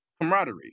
Camaraderie